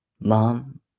Mom